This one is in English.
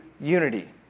unity